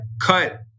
cut